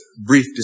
brief